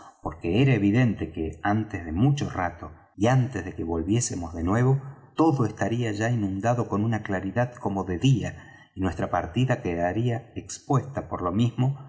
porque era evidente que antes de mucho rato y antes de que volviésemos de nuevo todo estaría ya inundado con una claridad como de día y nuestra partida quedaría expuesta por lo mismo